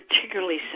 particularly